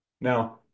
Now